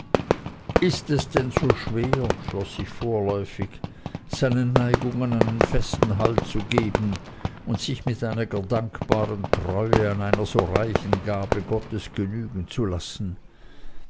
ist es denn so schwer schloß ich vorläufig seinen neigungen einen festen halt zu geben und sich mit einiger dankbaren treue an einer so reichen gabe gottes genügen zu lassen